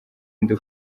nde